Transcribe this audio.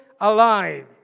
alive